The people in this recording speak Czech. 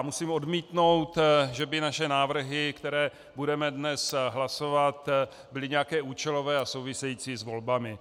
Musím odmítnout, že by naše návrhy, které budeme dnes hlasovat, byly nějaké účelové a související s volbami.